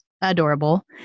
adorable